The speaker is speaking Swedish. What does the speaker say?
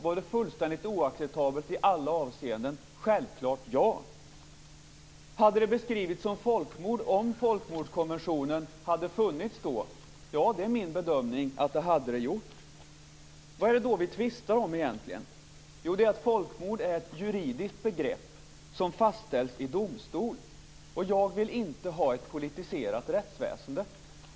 Var det fullständigt oacceptabelt i alla avseenden? Självklart ja. Hade det beskrivits som folkmord om folkmordskonventionen hade funnits då? Ja, det är min bedömning att det hade det gjort. Vad är det då vi tvistar om egentligen? Jo, det är att folkmord är ett juridiskt begrepp, som fastställs i domstol. Jag vill inte ha ett politiserat rättsväsende.